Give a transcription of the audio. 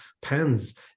pens